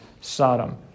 Sodom